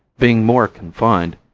being more confined,